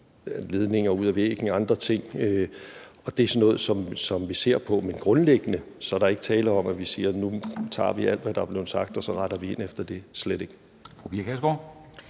ledninger ud af væggen og andre ting, og det er sådan noget, som vi ser på. Men grundlæggende er der er ikke tale om, at vi siger, at nu tager vi alt, hvad der er blevet sagt, og så retter vi ind efter det, slet ikke.